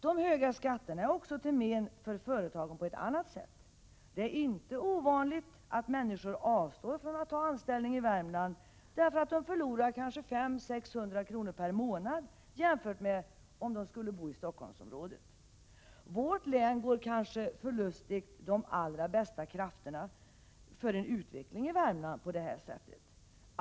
De höga skatterna är också till men för företagen på ett annat sätt. Det är inte ovanligt att människor avstår från att ta anställning i Värmland, därför att de förlorar kanske 500-600 kr. per månad jämfört med om de skulle bo i Stockholmsområdet. Vårt län går kanske på detta sätt förlustig de allra bästa krafterna med tanke på Värmlands utveckling.